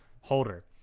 holder